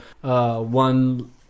one